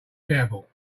careful